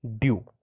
due